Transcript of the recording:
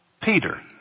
Peter